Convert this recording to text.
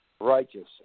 righteous